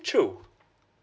true